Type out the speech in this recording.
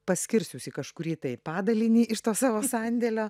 paskirs jus į kažkurį tai padalinį iš to savo sandėlio